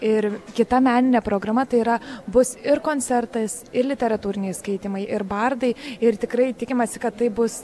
ir kita meninė programa tai yra bus ir koncertas ir literatūriniai skaitymai ir bardai ir tikrai tikimasi kad taip bus